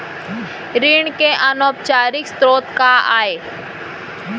ऋण के अनौपचारिक स्रोत का आय?